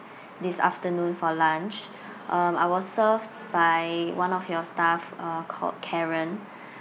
this afternoon for lunch um I was served by one of your staff uh called karen